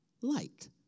light